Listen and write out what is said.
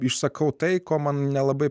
išsakau tai ko man nelabai